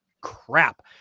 crap